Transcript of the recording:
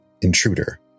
intruder